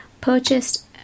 purchased